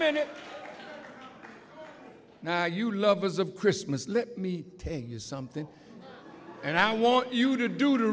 minute now you lovers of christmas let me tell you something and i want you to do the